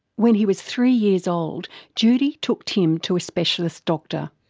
when he was three years old judy took tim to a specialist doctor.